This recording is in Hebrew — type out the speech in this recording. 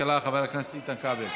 הכלכלה חבר הכנסת איתן כבל.